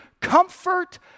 Comfort